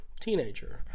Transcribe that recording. teenager